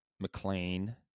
McLean